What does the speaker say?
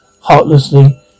heartlessly